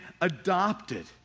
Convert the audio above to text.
adopted